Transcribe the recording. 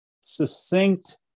succinct